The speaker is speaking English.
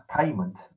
payment